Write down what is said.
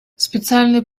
специальные